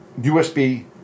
USB